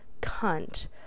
cunt